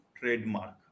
trademark